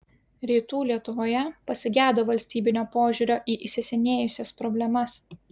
rytų lietuvoje pasigedo valstybinio požiūrio į įsisenėjusias problemas